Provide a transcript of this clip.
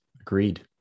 Agreed